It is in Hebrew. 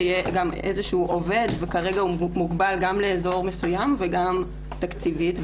שיהיה גם איזשהו עובד שכרגע מוגבל גם לאזור מסוים וגם תקציבית.